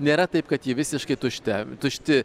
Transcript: nėra taip kad ji visiškai tušte tušti